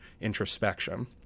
introspection